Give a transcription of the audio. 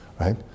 right